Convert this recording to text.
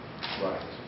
Right